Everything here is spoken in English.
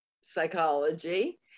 psychology